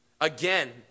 Again